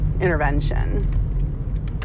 intervention